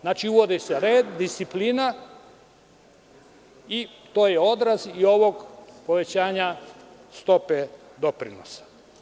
Znači, uvodi se red, disciplina i to je odraz i ovog povećanja stope doprinosa.